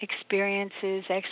experiences